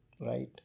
right